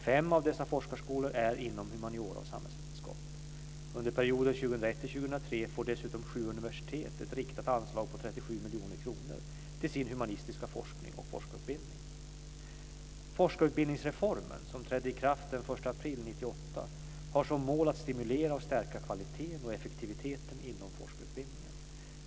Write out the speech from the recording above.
Fem av dessa forskarskolor är inom humaniora och samhällsvetenskap. Under perioden 2001-2003 får dessutom sju universitet ett riktat anslag på 37 miljoner kronor till sin humanistiska forskning och forskarutbildning. Forskarutbildningsreformen, som trädde i kraft den 1 april 1998, har som mål att stimulera och stärka kvaliteten och effektiviteten inom forskarutbildningen.